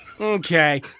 Okay